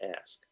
ask